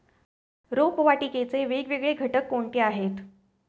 रोपवाटिकेचे वेगवेगळे घटक कोणते आहेत?